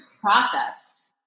processed